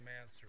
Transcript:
answer